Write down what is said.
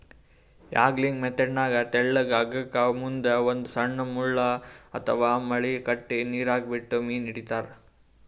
angling ಮೆಥೆಡ್ನಾಗ್ ತೆಳ್ಳಗ್ ಹಗ್ಗಕ್ಕ್ ಮುಂದ್ ಒಂದ್ ಸಣ್ಣ್ ಮುಳ್ಳ ಅಥವಾ ಮಳಿ ಕಟ್ಟಿ ನೀರಾಗ ಬಿಟ್ಟು ಮೀನ್ ಹಿಡಿತಾರ್